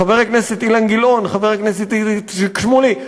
חבר הכנסת אילן גילאון וחבר הכנסת איציק שמולי.